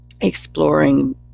Exploring